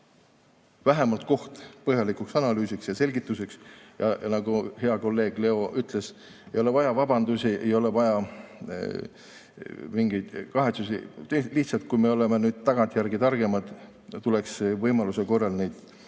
vähemalt põhjalikuks analüüsiks ja selgituseks. Nagu hea kolleeg Leo ütles, ei ole vaja vabandusi, ei ole vaja mingit kahetsust. Lihtsalt, kui me oleme nüüd tagantjärgi targemad, tuleks võimaluse korral neid vigu